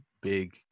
big